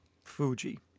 fuji